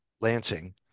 Lansing